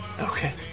Okay